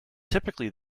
typically